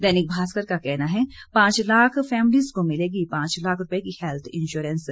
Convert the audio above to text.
दैनिक भास्कर का कहना है पांच लाख फेमिलीज को मिलेगी पांच लाख रूपए की हेत्थ इंश्यारेंस